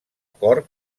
cort